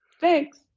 Thanks